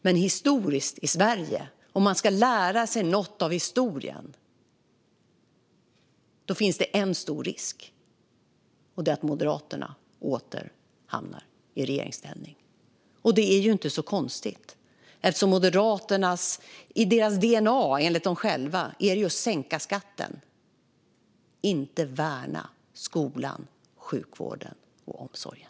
Men om man ska lära sig något av historien i Sverige är det att det finns en stor risk, och den är att Moderaterna åter hamnar i regeringsställning. Och det är ju inte så konstigt, för i Moderaternas dna finns enligt dem själva just att sänka skatten, inte att värna skolan, sjukvården och omsorgen.